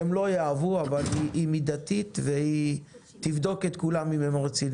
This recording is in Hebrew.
שהם לא יאהבו אבל היא מידתית והיא תבדוק אם כולם רציניים.